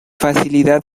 facilidad